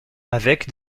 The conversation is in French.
avec